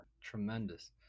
Tremendous